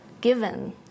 given